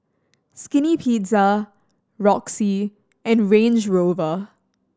Skinny Pizza Roxy and Range Rover